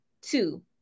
Two